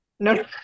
No